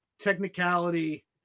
technicality